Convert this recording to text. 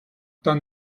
dann